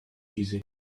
easy